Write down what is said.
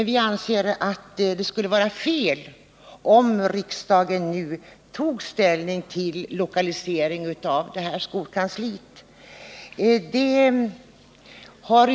Men vi anser att det skulle vara fel om riksdagen nu tog ställning till en lokalisering av sameskolstyrelsen och dess kansli.